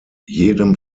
jedem